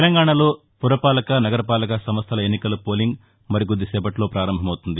తెలంగాణలో పురపాలక నగరపాలక సంస్లల ఎన్నికల పోలింగ్ మరికొద్ది సేపట్లో ప్రారంభమవుతుంది